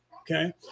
okay